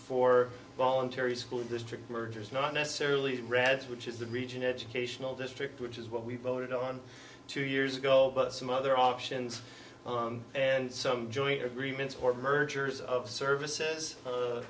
for voluntary school district mergers not necessarily the rads which is the region educational district which is what we voted on two years ago but some other options and some joint agreements or mergers of service